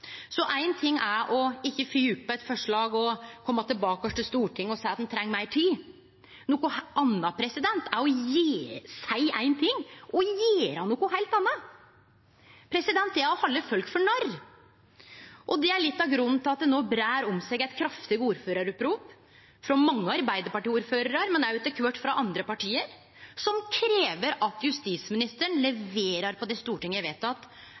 ting er å ikkje fylgje opp eit forslag og kome tilbake til Stortinget og seie at ein treng meir tid, noko anna er å seie éin ting og gjere noko heilt anna. Det er å halde folk for narr. Og det er litt av grunnen til at det no breier om seg eit kraftig ordføraropprop frå mange Arbeidarparti-ordførarar, men òg etter kvart frå andre parti, som krev at justisministeren leverer på det Stortinget